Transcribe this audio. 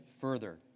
further